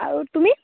আৰু তুমি